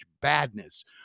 badness